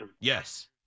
Yes